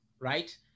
right